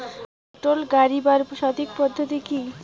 পটল গারিবার সঠিক পদ্ধতি কি?